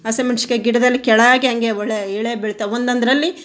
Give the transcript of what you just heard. ಹಸಿಮೆಣ್ಶಿಕಾಯಿ ಗಿಡದಲ್ಲಿ ಕೇಳಗೆ ಹಾಗೆ ಒಳ್ಳೆ ಇಳಿ ಬೀಳ್ತವೆ ಒಂದೊಂದರಲ್ಲಿ